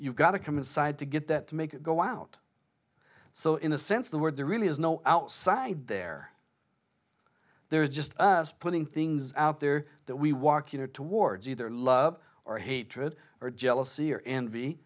you've got to come inside to get that to make it go out so in a sense the word there really is no outside there there's just putting things out there that we walk towards either love or hatred or jealousy or envy